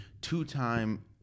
two-time